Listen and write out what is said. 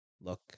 look